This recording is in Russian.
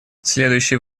следующий